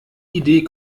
idee